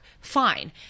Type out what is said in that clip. fine